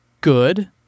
good